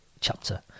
chapter